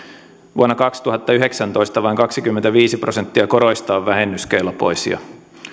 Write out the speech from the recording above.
vuonna kaksituhattayhdeksäntoista vain kaksikymmentäviisi prosenttia koroista on vähennyskelpoisia